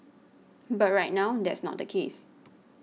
but right now that's not the case